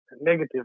negative